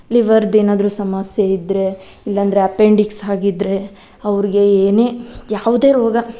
ಲಿವರ್ದು ಏನಾದರೂ ಸಮಸ್ಯೆ ಇದ್ದರೆ ಇಲ್ಲಾಂದರೆ ಅಪೆಂಡಿಕ್ಸ್ ಆಗಿದ್ದರೆ ಅವ್ರಿಗೆ ಏನೇ ಯಾವುದೇ ರೋಗ